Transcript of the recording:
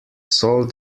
sold